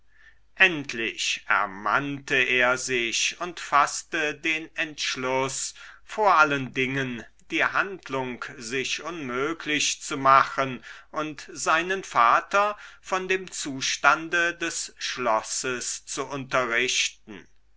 endlich ermannte er sich und faßte den entschluß vor allen dingen die handlung sich unmöglich zu machen und seinen vater von dem zustande des schlosses zu unterrichten